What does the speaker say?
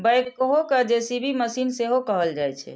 backhoe कें JCB machine सेहो कहल जाइ छै